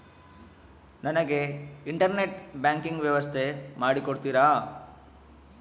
ನನಗೆ internet banking ವ್ಯವಸ್ಥೆ ಮಾಡಿ ಕೊಡ್ತೇರಾ?